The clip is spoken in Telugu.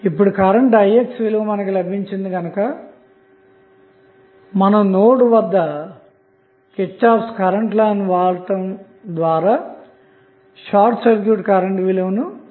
ఇప్పుడు కరెంటు ix విలువ లభించింది గనక మీరు నోడ్ వద్ద KCL వాడటం ద్వారా షార్ట్ సర్క్యూట్ కరెంట్ విలువను తెలుసుకోవచ్చు